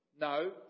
No